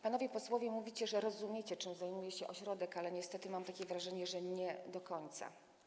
Panowie posłowie mówicie, że rozumiecie, czym zajmuje się ośrodek, ale niestety mam wrażenie, że nie do końca.